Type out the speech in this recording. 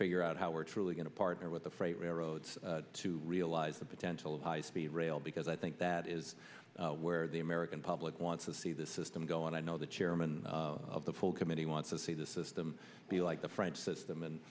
figure out how we're truly going to partner with the freight railroads to realize the potential of high speed rail because i think that is where the american public wants to see this system go and i know the chairman of the full committee wants to see the system be like the french system and